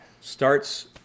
starts